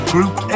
Group